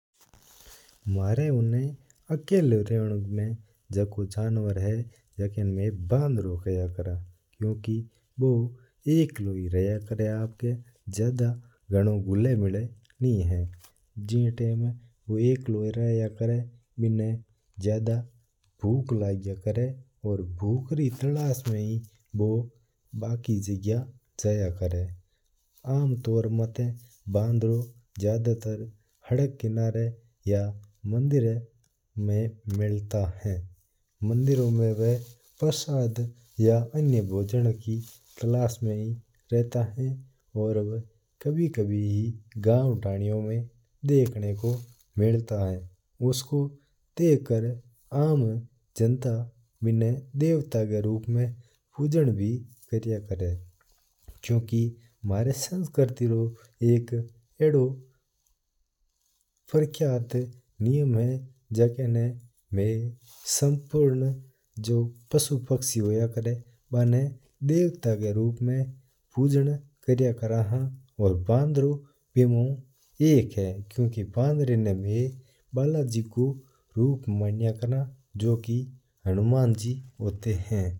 मारे इणे अकेली रेव म बंदरो है वा ज्यादा भुक लगया करे और भुक रे तलसा म ही ज्या करे। आम तोर पर सड़को और और मन्दिरो म प्रसाद खाता हूवा मिलता है। कणीय ब गांव धनिया म भी आया करे है। और मा बिने खाणो खवाया करा हा कि मनी संस्कृति म बन्दरा न बालाजी रो रूप मानया करे है।